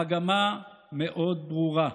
המגמה ברורה מאוד: